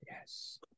Yes